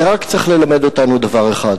זה רק צריך ללמד אותנו דבר אחד: